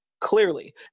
clearly